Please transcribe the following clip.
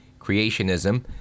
creationism